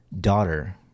daughter